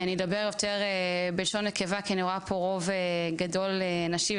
אני אדבר יותר בלשון נקבה כי אני רואה פה רוב גדול נשי,